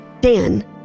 Dan